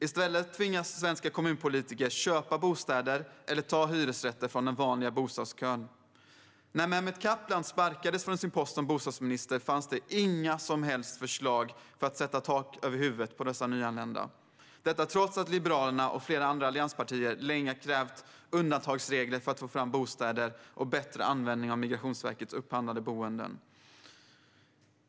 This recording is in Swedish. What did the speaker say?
I stället tvingas svenska kommunpolitiker att köpa bostäder eller ta hyresrätter från den vanliga bostadskön. När Mehmet Kaplan sparkades från sin post som bostadsminister fanns det inga som helst förslag för att ge tak över huvudet för dessa nyanlända, detta trots att Liberalerna och flera andra allianspartier länge krävt undantagsregler för att få fram bostäder och bättre användning av Migrationsverkets upphandlade boenden.